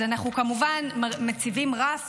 אז אנחנו כמובן מציבים רף